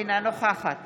אינה נוכחת